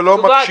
ולא מקשים.